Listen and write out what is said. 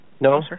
No